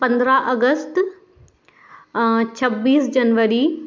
पंद्रह अगस्त छब्बीस जनवरी